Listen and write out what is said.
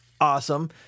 Awesome